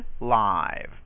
live